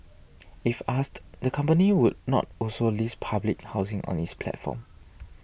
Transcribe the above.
if asked the company would not also list public housing on its platform